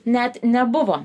net nebuvo